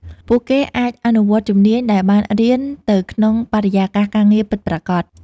ពួកគេអាចអនុវត្តជំនាញដែលបានរៀនទៅក្នុងបរិយាកាសការងារពិតប្រាកដ។